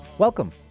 Welcome